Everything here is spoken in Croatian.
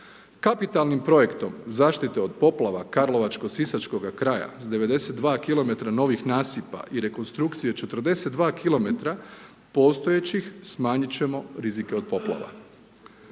Kapitalnim projektom zaštite od projekta karlovačko-sisačkoga kraja sa 92km novih nasipa i rekonstrukcije 42km postojećih smanjit ćemo rizike od poplava.